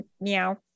meow